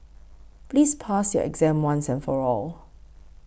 please pass your exam once and for all